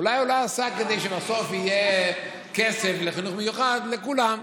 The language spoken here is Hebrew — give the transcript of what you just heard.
אולי הוא לא עשה כדי שבסוף יהיה כסף לחינוך מיוחד לכולם.